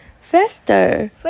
Faster